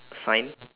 sign